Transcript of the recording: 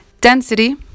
density